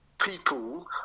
people